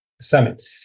Summit